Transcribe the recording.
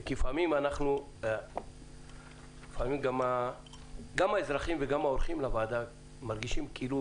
ולפעמים גם האזרחים וגם אורחים בוועדה מרגישים כאילו